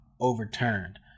overturned